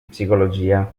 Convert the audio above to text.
psicologia